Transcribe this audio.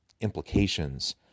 implications